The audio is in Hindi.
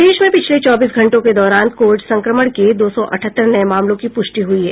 प्रदेश में पिछले चौबीस घंटों के दौरान कोविड संक्रमण के दो सौ अठहत्तर नये मामलों की पुष्टि हुई है